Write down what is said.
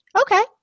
okay